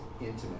intimate